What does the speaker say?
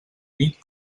nit